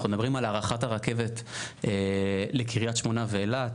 אנחנו מדברים על הארכת הרכבת לקריית שמונה ואילת.